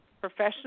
professional